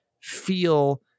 feel